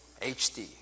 HD